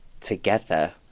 together